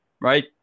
right